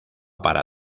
para